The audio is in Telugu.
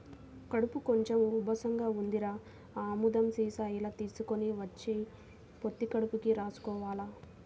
కడుపు కొంచెం ఉబ్బసంగా ఉందిరా, ఆ ఆముదం సీసా ఇలా తీసుకొని వచ్చెయ్, పొత్తి కడుపుకి రాసుకోవాల